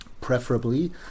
preferably